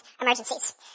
emergencies